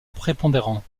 prépondérant